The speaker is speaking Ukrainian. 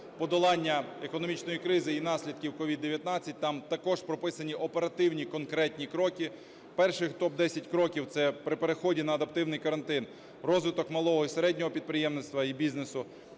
подолання економічної кризи і наслідків COVID-19, там також прописані оперативні конкретні кроки. Перших топ-10 кроків. Це при переході на адаптивний карантин розвиток малого і середнього підприємництва і бізнесу;